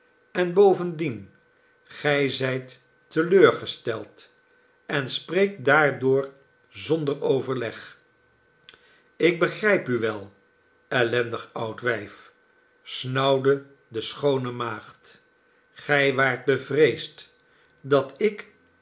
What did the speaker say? en bovendien gij zijt te leur gesteld en spreekt daardoor zonder overleg ik begrijp u wel ellendig oud wijf snauwde de schoone maagd gij waart bevreesd dat ik